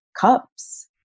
cups